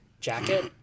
jacket